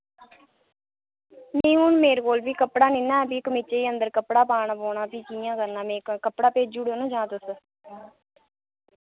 नेईं हुन मेरे कोल बी कपड़ा नि ना ऐ फ्ही कमीचे अंदर कपड़ा पाना पौना फ्ही कि'यां करना में कपड़ा भेजुड़ओ ना जां तुस